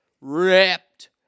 Ripped